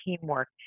teamwork